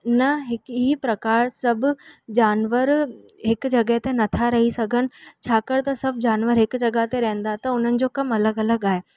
न हिकु ई प्रकार सभु जानवर हिकु जॻहि ते न था रही सघनि छाकाणि त सभु जानवर हिकु जॻहि ते रहंदा त उन्हनि जो कमु अलॻि अलॻि आहे